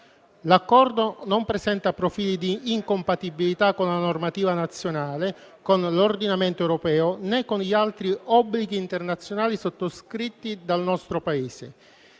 L'accordo non presenta profili di incompatibilità con la normativa nazionale, con l'ordinamento europeo né con gli altri obblighi internazionali sottoscritti dal nostro Paese,